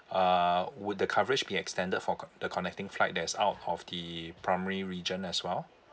uh would the coverage be extended for co~ the connecting flight that's out of the uh primary region as well